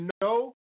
no